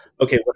okay